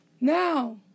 Now